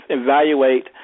evaluate